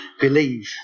believe